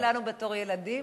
שלנו בתור ילדים,